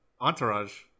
Entourage